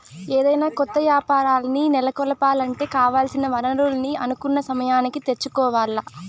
ఏదైనా కొత్త యాపారాల్ని నెలకొలపాలంటే కావాల్సిన వనరుల్ని అనుకున్న సమయానికి తెచ్చుకోవాల్ల